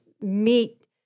meet